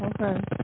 Okay